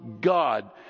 God